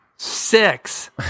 Six